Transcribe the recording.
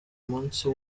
munsi